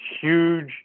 huge